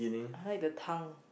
I like the tongue